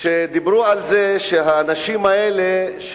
דיברו על זה שהאנשים האלה,